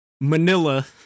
Manila